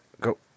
go